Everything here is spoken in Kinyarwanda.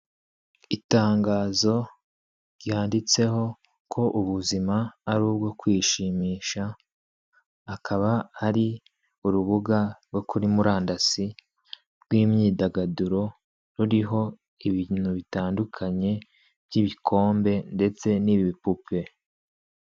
Itangazo ryanditseho ko ubuzima ari ubwo kwishimisha, akaba ari urubuga rwo kuri murandasi rw'imyidagaduro ruriho ibintu bitandukanye by'ibikombe ndetse n'ibipupe.